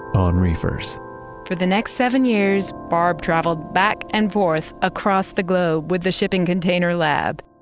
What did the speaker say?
on reefers for the next seven years, barb traveled back and forth across the globe with the shipping container lab.